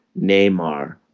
Neymar